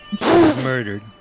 Murdered